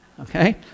Okay